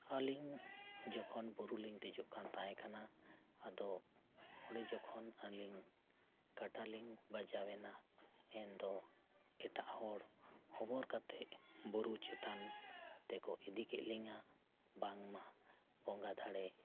ᱟᱹᱞᱤᱧ ᱡᱚᱠᱷᱚᱱ ᱵᱩᱨᱩ ᱞᱤᱧ ᱫᱮᱡᱚᱜ ᱠᱟᱱ ᱛᱟᱦᱮᱸ ᱠᱟᱱᱟ ᱟᱫᱚ ᱚᱸᱰᱮ ᱡᱚᱠᱷᱚᱱ ᱟᱹᱞᱤᱧ ᱠᱟᱴᱟ ᱞᱤᱧ ᱵᱟᱡᱟᱣᱮᱱᱟ ᱮᱱᱫᱚ ᱮᱴᱟᱜ ᱦᱚᱲ ᱦᱚᱵᱚᱨ ᱠᱟᱛᱮᱫ ᱵᱩᱨᱩ ᱪᱮᱛᱟᱱ ᱛᱮᱠᱚ ᱤᱫᱤ ᱠᱮᱫ ᱞᱤᱧᱟᱹ ᱵᱟᱝᱢᱟ ᱵᱚᱸᱜᱟ ᱫᱟᱲᱮ